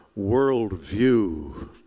worldview